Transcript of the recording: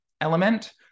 element